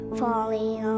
falling